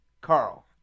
Carl